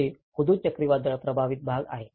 हे हुदुद चक्रीवादळ प्रभावित भागात आहे